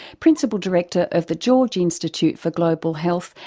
principal director of the george institute for global health,